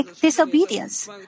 disobedience